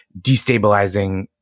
destabilizing